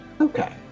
Okay